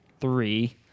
three